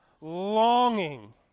longing